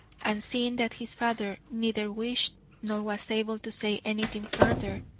and seeing that his father neither wished nor was able to say anything further,